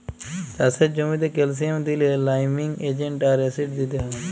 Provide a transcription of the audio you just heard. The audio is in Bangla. চাষের জ্যামিতে ক্যালসিয়াম দিইলে লাইমিং এজেন্ট আর অ্যাসিড দিতে হ্যয়